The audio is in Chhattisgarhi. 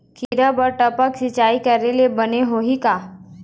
खिरा बर टपक सिचाई करे ले बने होही का?